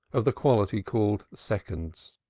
of the quality called seconds,